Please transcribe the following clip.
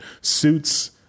Suits